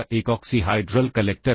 अब क्या हो सकता है